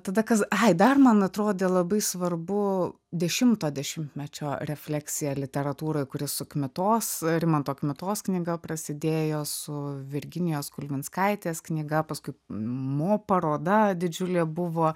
tada kas ai dar man atrodė labai svarbu dešimto dešimtmečio refleksija literatūroj kuri su kmitos rimanto kmitos knyga prasidėjo su virginijos kulvinskaitės knyga paskui mo paroda didžiulė buvo